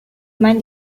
mind